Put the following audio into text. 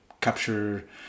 capture